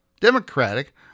Democratic